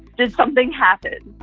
did something happen?